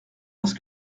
parce